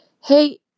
Hey